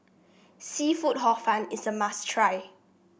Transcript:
seafood Hor Fun is a must try